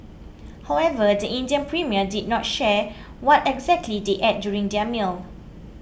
however the Indian Premier did not share what exactly they ate during their meal